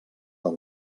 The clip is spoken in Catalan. del